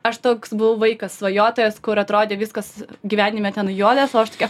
aš toks buvau vaikas svajotojas kur atrodė viskas gyvenime ten juodas o aš tokia